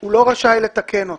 הוא לא רשאי לתקן אותם,